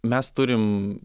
mes turim